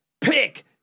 Pick